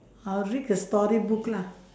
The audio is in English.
I'll read a storybook lah